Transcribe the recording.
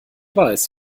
weiß